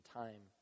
time